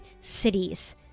cities